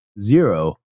zero